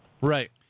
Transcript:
right